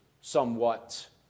somewhat